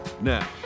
Now